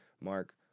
Mark